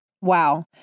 Wow